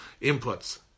inputs